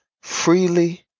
freely